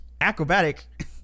Acrobatic